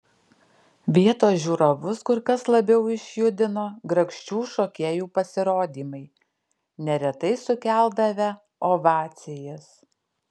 vietos žiūrovus kur kas labiau išjudino grakščių šokėjų pasirodymai neretai sukeldavę ovacijas